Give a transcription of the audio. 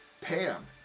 Pam